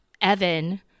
Evan